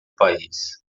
país